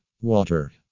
water